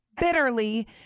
bitterly